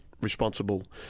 responsible